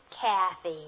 Kathy